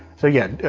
so yeah,